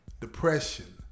depression